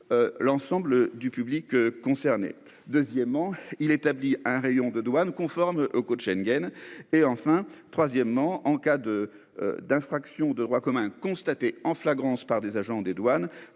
L'ensemble du public concerné. Deuxièmement, il établit un rayon de douane conforme au code Schengen et enfin troisièmement en cas de d'infractions de droit commun constatée en flagrance, par des agents des douanes.